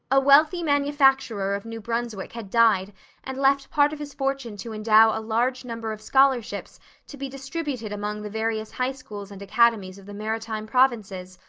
a wealthy manufacturer of new brunswick had died and left part of his fortune to endow a large number of scholarships to be distributed among the various high schools and academies of the maritime provinces,